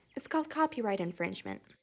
it's called copyright infringement.